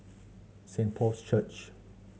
Saint Paul's Church